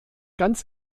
ganz